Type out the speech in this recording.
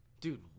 Dude